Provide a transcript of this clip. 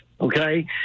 Okay